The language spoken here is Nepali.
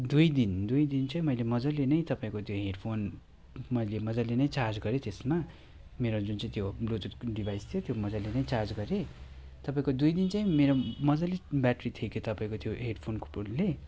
दुई दिन दुई दिन चाहिँ मैले मजाले नै तपाईँको त्यो हेडफोन मैले मजाले चाहिँ चार्ज गरेँ त्यसमा मेरो जुन चाहिँ त्यो ब्लुतुथ डिबाइस थियो त्यो मजाले ने चार्ज गरेँ तपाईँको दुई दिन चाहिँ मेरो मजाले ब्याट्री थेग्यो तपाईँको त्यो हेडफोनको फोनले